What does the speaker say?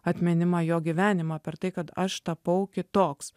atminimą jo gyvenimą per tai kad aš tapau kitoks